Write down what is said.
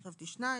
חשבתי שניים,